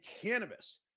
cannabis